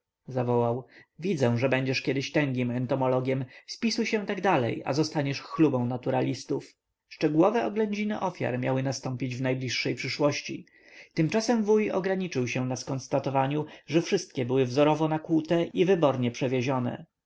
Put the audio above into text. widzę ze będziesz kiedyś tęgim entomologiem spisuj się tak dalej a zostaniesz chlubą naturalistów szczegółowe oględziny ofiar miały nastąpić w najbliższej przyszłości tymczasem wuj ograniczył się na skonstatowaniu że wszystkie były wzorowo nakłute i wybornie przewiezione